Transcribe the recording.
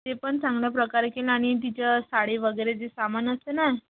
ते पण चांगल्या प्रकारे की आणि तिच्या साडी वगैरे जे सामान असते ना